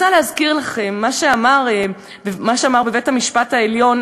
אני רוצה להזכיר לכם את מה שנאמר בבית-המשפט העליון,